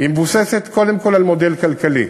מבוססת קודם כול על מודל כלכלי.